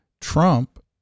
trump